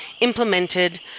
implemented